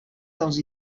dels